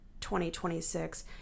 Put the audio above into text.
2026